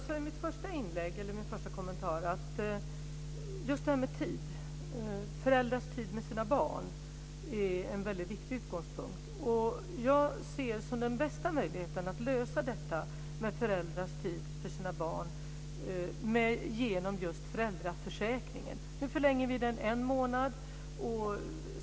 Fru talman! Jag sade i min första kommentar att just föräldrars tid med sina barn är en väldigt viktig utgångspunkt. Jag ser föräldraförsäkringen som den bästa möjligheten att lösa detta. Nu förlänger vi den en månad.